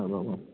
औ औ औ